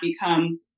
become